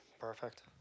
Perfect